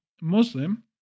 Muslim